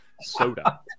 soda